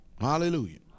Hallelujah